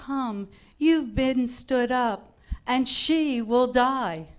come you've been stood up and she will die